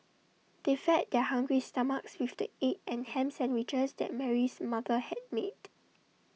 they fed their hungry stomachs with the egg and Ham Sandwiches that Mary's mother had made